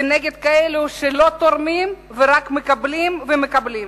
ונגד כאלה שלא תורמים ורק מקבלים ומקבלים.